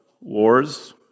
wars